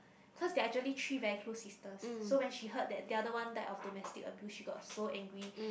cause they are actually three very close sisters so when she heard the other one died of domestic abuse she got so angry